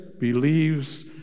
believes